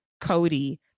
cody